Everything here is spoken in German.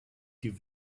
die